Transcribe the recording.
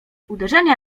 uderzenia